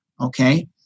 okay